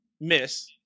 miss